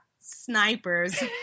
snipers